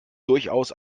durchaus